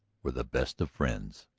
were the best of friends.